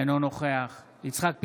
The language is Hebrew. אינו נוכח יצחק פינדרוס,